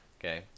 okay